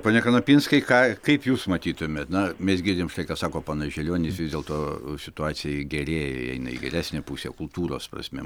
pone kanapinskai ką kaip jūs matytumėt na mes girdim štai ką sako ponas žilionis vis dėlto situacija gerėja eina į geresnę pusę kultūros prasme